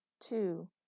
two